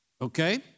okay